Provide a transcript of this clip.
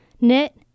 knit